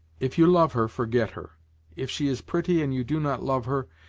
if you love her, forget her if she is pretty and you do not love her,